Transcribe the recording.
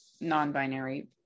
non-binary